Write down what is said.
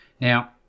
now